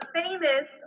famous